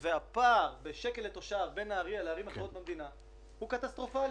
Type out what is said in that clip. והפער בשקל לתושב בין נהריה לערים אחרות במדינה הוא קטסטרופלי,